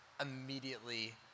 immediately